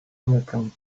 american